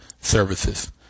services